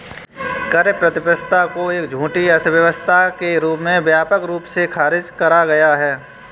कर प्रतिस्पर्धा को एक झूठी अर्थव्यवस्था के रूप में व्यापक रूप से खारिज करा गया है